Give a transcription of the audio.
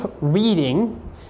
reading